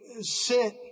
sit